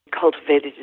cultivated